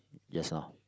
just now